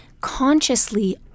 consciously